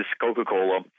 Coca-Cola